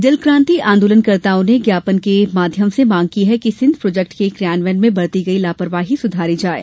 जल क्रांति आंदोलन कर्ताओं ने ज्ञापन के माध्यम से मांग कि सिंघ प्रोजेक्ट के क्रियान्वयन में बरती गई लापरवाही सुधारी जाये